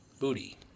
Booty